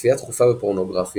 צפייה תכופה בפורנוגרפיה,